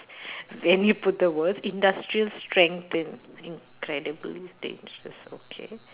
when you put the words industrial strength in~ incredibly dangerous okay